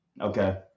Okay